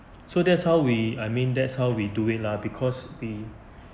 so that's how we I mean that's how we do it lah because we